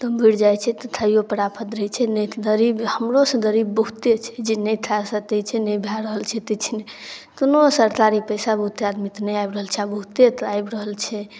तऽ बुड़ि जाइ छै तऽ खाइओपर आफत रहै छै ने गरीब हमरोसँ गरीब बहुते छै जे नहि खा सकै छै नहि भऽ रहल छै किछु नहि कोनो सरकारी पइसा बहुते आदमीके नहि आबि रहल छै आओर बहुतेके आबि रहल छै